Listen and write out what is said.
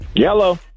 Yellow